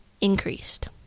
increased